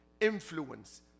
influence